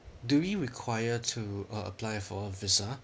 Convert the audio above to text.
do we require to uh apply for a visa